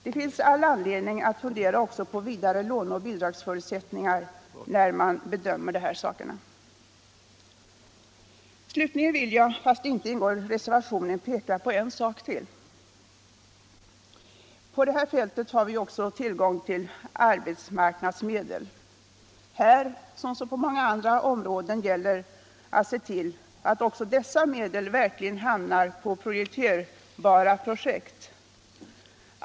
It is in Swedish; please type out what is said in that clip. Det finns all anledning att fundera också på vidare låneoch bidragsförutsättningar när man bedömer de här sakerna. Slutligen vill jag, fast det inte ingår i reservationen, peka på en sak till. På det här fältet har vi ju också tillgång till arbetsmarknadsmedel. Här, som på många andra områden, gäller det att se till att dessa medel verkligen hamnar på prioriterbara projekt.